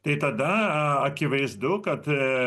tai tada akivaizdu kad